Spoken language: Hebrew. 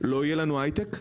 לא יהיה לנו הייטק,